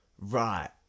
Right